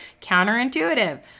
Counterintuitive